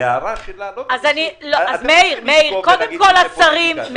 אי אפשר בכל פעם להגיד שזה פוליטיקה.